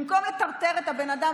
במקום לטרטר את הבן אדם,